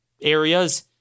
areas